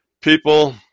people